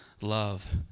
Love